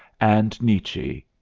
and nietzsche,